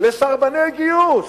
לסרבני גיוס,